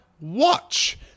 watch